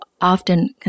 often